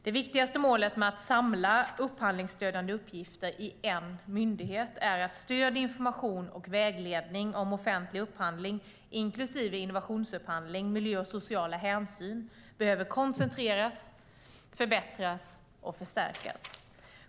Det viktigaste målet med att samla upphandlingsstödjande uppgifter i en myndighet är att stöd, information och vägledning om offentlig upphandling inklusive innovationsupphandling, miljöhänsyn och sociala hänsyn behöver koncentreras, förbättras och förstärkas.